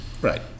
Right